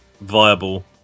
viable